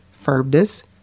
firmness